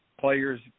players